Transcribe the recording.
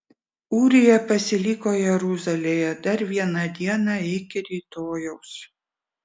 ūrija pasiliko jeruzalėje dar vieną dieną iki rytojaus